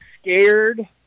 scared